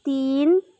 तिन